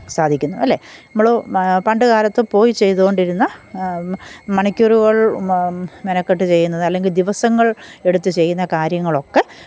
സാധിക്കുന്നു അല്ലേ നമ്മൾ മാ പണ്ട് കാലത്ത് പോയി ചെയ്തുകൊണ്ടിരുന്ന മ് മണിക്കൂറ്കള് മെനക്കെട്ട് ചെയ്യുന്നത് അല്ലെങ്കില് ദിവസങ്ങള് എടുത്ത് ചെയ്യുന്ന കാര്യങ്ങളൊക്കെ